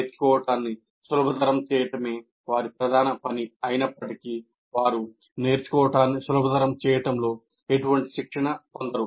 నేర్చుకోవడాన్ని సులభతరం చేయటమే వారి ప్రధాన పని అయినప్పటికీ వారు నేర్చుకోవడాన్ని సులభతరం చేయడంలో ఎటువంటి శిక్షణ పొందరు